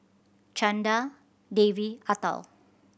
Chanda Devi Atal